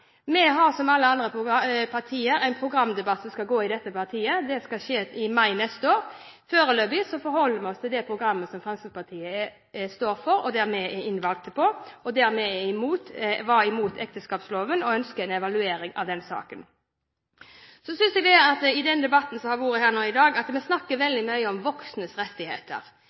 Vi har, som alle andre partier, en programdebatt som skal gå i dette partiet. Det skal skje i mai neste år. Foreløpig forholder vi oss til det programmet som Fremskrittspartiet står for, og det vi er innvalgt på. Det vi var imot, var ekteskapsloven, og man ønsker en evaluering av den saken. Så synes jeg at i den debatten som har vært her nå i dag, snakker vi veldig mye om voksnes rettigheter